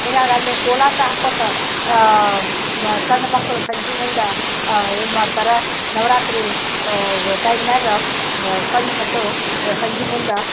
ಹೀಗಾಗಿ ಅಲ್ಲಿ ಕೋಲಾಟ ಹಾಕ್ಕೋತ ಮ ಸಣ್ಣ ಮಕ್ಕಳು ಸಂಜೆ ಮುಂದ ಏನು ಮಾಡ್ತರ ನವರಾತ್ರಿ ಟೈಮ್ನ್ಯಾಗ ಸಣ್ಣ ಮಕ್ಕಳು ಸಂಜೆ ಮುಂದ